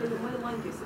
galimai lankėsi